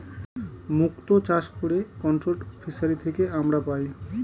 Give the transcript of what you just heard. মুক্ত চাষ করে কন্ট্রোলড ফিসারী থেকে আমরা পাই